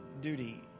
duty